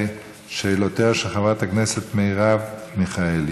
לשאלותיה של חברת הכנסת מרב מיכאלי.